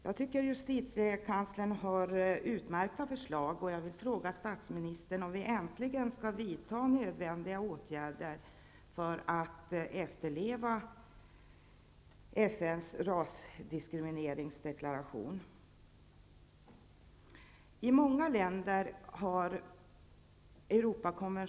Jag anser att justitiekanslerns förslag är utmärkta, och jag vill fråga statsministern om man äntligen skall vidta nödvändiga åtgärder för att FN:s rasdiskrimineringsdeklaration skall efterlevas.